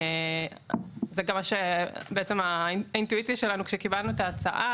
זו הייתה האינטואיציה שלנו כשקיבלנו את ההצעה,